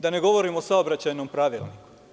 Da ne govorim o saobraćajnom pravilniku.